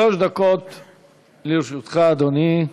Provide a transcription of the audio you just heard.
שלוש דקות לרשותך, אדוני.